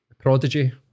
Prodigy